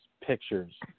pictures